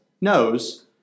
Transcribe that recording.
knows